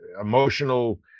emotional